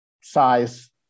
size